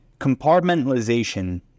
Compartmentalization